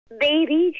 baby